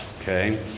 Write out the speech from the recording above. okay